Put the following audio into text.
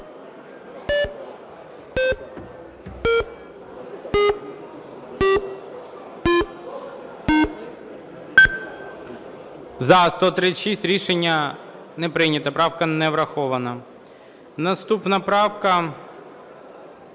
За-136 Рішення не прийнято. Правка не врахована. Наступна правка,